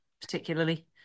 particularly